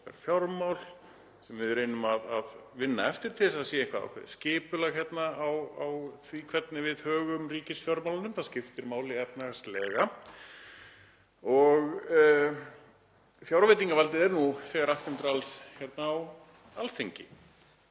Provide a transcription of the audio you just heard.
opinber fjármál sem við reynum að vinna eftir til þess að það sé eitthvert ákveðið skipulag á því hvernig við högum ríkisfjármálunum, það skiptir máli efnahagslega og fjárveitingavaldið er nú þegar allt kemur til alls hér á Alþingi.